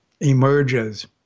emerges